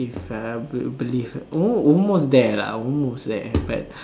if uh be~ believe oh almost there lah almost there but